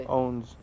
owns